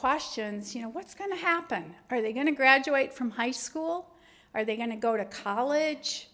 questions you know what's going to happen are they going to graduate from high school are they going to go to college